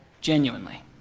genuinely